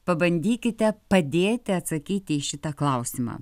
pabandykite padėti atsakyti į šitą klausimą